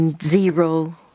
zero